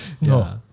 no